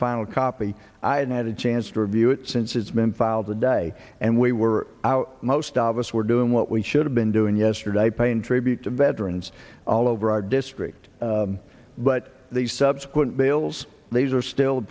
final copy and i had a chance to review it since it's been filed today and we were out most of us were doing what we should have been doing yesterday paying tribute to veterans all over our district but these subsequent bills these are still a